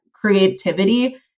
creativity